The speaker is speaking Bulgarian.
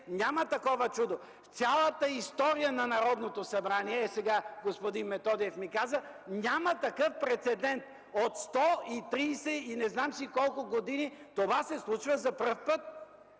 Такова чудо няма в цялата история на Народното събрание. Сега господин Методиев ми каза, че няма такъв прецедент – от 130 и не знам си колко години, това се случва за първи път.